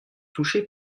touchés